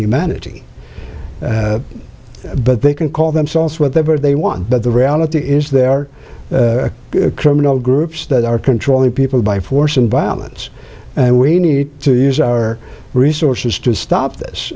humanity but they can call themselves whatever they want but the reality is there are criminal groups that are controlling people by force and violence and we need to use our resources to stop this